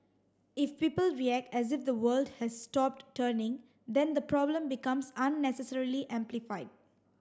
if people react as if the world has stopped turning then the problem becomes unnecessarily amplified